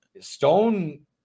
Stone